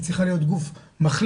היא צריכה להיות גוף מחליט,